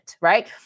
right